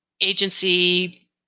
agency